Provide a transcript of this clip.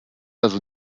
also